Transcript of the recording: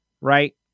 right